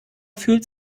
fühlt